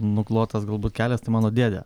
nuklotas galbūt kelias tai mano dėdė